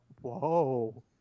whoa